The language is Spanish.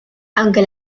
aunque